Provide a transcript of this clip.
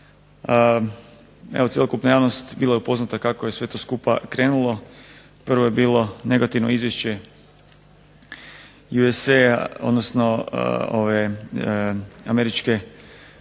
Evo cjelokupna javnost bila je upoznata kako je sve to skupa krenulo. Prvo je bilo negativno izvješće USA, odnosno Američke